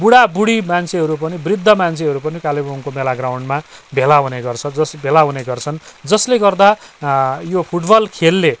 बुढा बुढी मान्छेहरू पनि वृद्ध मान्छेहरू पनि कालेबुङको मेला ग्राउन्डमा भेला हुने गर्छ जस् भेला हुने गर्छन् जसले गर्दा यो फुटबल खेलले